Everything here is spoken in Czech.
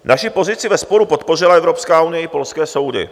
Naši pozici ve sporu podpořila Evropská unie i polské soudy.